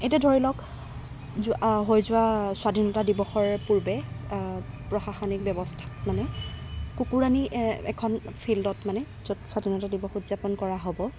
এতিয়া ধৰি লওঁক হৈ যোৱা স্বাধীনতা দিৱসৰ পূৰ্বে প্ৰশাসনিক ব্যৱস্থাত মানে কুকুৰ আনি এখন ফিল্ডত মানে য'ত স্বাধীনতা দিৱস উদযাপন কৰা হ'ব